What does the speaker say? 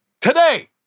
Today